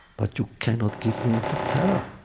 but you cannot give in to terror.